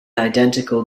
identical